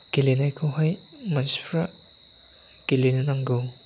गेलेनायखौहाय मानसिफ्रा गेलेनो नांगौ